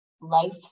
life